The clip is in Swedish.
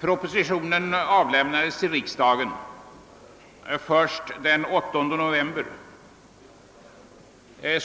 Propositionen lämnades till riksdagen först den 8 november i år.